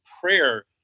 prayer